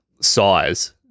size